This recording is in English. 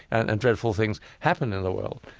and and dreadful things happen in the world.